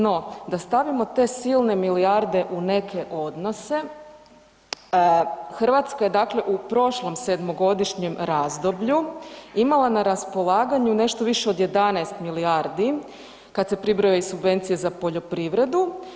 No da stavimo te silne milijarde u neke odnose, Hrvatska je dakle u prošlom 7-godišnjem razdoblju imala na raspolaganju nešto više od 11 milijardi kad se pribroje i subvencije za poljoprivredu.